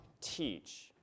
teach